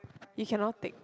you cannot take